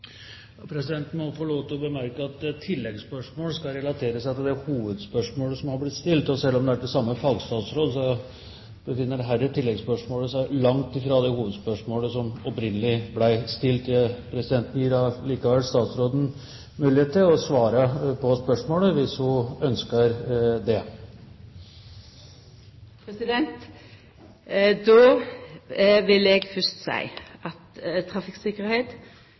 Presidenten må få lov til å bemerke at oppfølgingsspørsmål skal relatere seg til hovedspørsmålet. Selv om spørsmålet er til samme fagstatsråd, så befinner det seg langt fra hovedspørsmålet som opprinnelig ble stilt. Presidenten gir likevel statsråden mulighet til å svare på spørsmålet, hvis hun ønsker det. Då vil eg fyrst seia at